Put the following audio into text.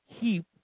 keep